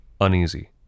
uneasy